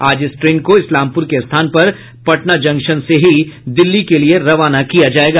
आज इस ट्रेन को इस्लामपुर के स्थान पर पटना जंक्शन से ही दिल्ली के लिये रवाना किया जायेगा